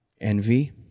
envy